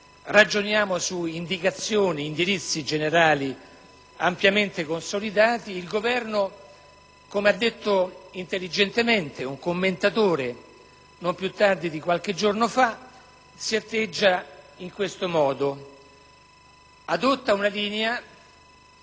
ragioniamo su indirizzi generali ampiamente consolidati. Il Governo, come ha detto intelligentemente un commentatore non più tardi di qualche giorno fa, si atteggia in tal modo: adotta una linea